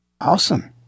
Awesome